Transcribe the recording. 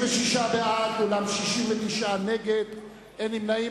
36 בעד, אולם 69 נגד, אין נמנעים.